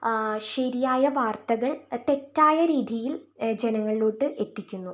ശരിയായ വാർത്തകൾ തെറ്റായ രീതിയിൽ ജനങ്ങളിലോട്ട് എത്തിക്കുന്നു